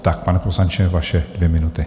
Tak pane poslanče, vaše dvě minuty.